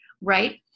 right